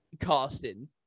casting